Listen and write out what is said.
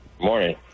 Morning